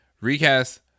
Recast